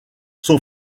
son